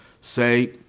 say